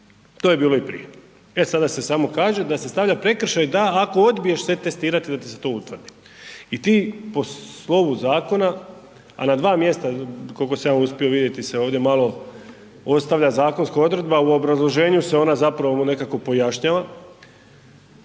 to je bilo i prije, e sada se samo kaže da se stavlja prekršaj da ako odbiješ se testirati da ti se to utvrdi i ti po slovu zakona, a na dva mjesta, kolko sam ja uspio vidjeti se ovdje malo ostavlja zakonska odredba, u obrazloženju se ona zapravo nekako pojašnjava,